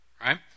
right